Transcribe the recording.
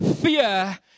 fear